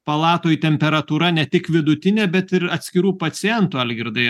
palatoj temperatūra ne tik vidutinė bet ir atskirų pacientų algirdai